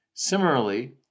Similarly